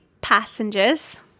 Passengers